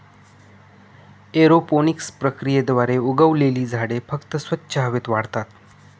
aeroponics प्रक्रियेद्वारे उगवलेली झाडे फक्त स्वच्छ हवेत वाढतात